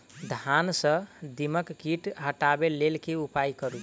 धान सँ दीमक कीट हटाबै लेल केँ उपाय करु?